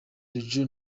jojo